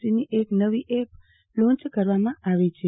સીની એક નવી એપ લોન્ચ કરવામાં આવી છે